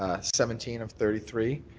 ah seventeen of thirty three,